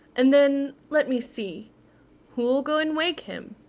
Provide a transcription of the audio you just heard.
and then, let me see who'll go and wake him?